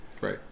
Right